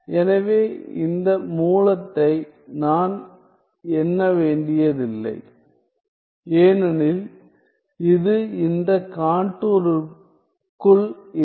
எனவே இந்த மூலத்தை நான் எண்ண வேண்டியதில்லை ஏனெனில் இது இந்த கான்டூருக்குள் இல்லை